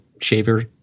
shaver